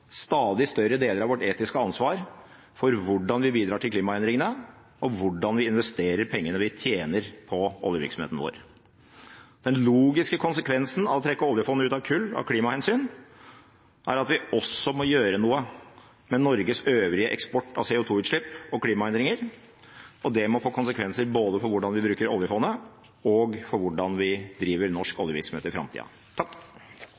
stadig større deler av vårt etiske ansvar for hvordan vi bidrar til klimaendringene, og hvordan vi investerer pengene vi tjener på oljevirksomheten vår. Den logiske konsekvensen av å trekke oljefondet ut av kull av klimahensyn, er at vi også må gjøre noe med Norges øvrige eksport av CO2-utslipp og klimaendringer, og det må få konsekvenser både for hvordan vi bruker oljefondet, og for hvordan vi driver norsk oljevirksomhet i framtida.